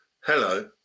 Hello